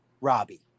Robbie